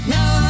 Now